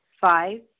Five